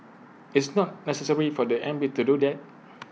it's not necessary for the M P to do that